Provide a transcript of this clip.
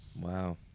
Wow